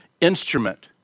instrument